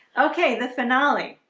okay the finale